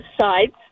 sides